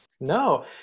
No